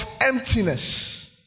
emptiness